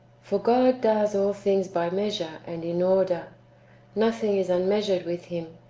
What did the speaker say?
for god does all things by measure and in order nothing is unmeasured with him,